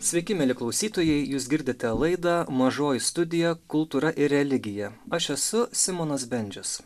sveiki mieli klausytojai jūs girdite laidą mažoji studija kultūra ir religija aš esu simonas bendžius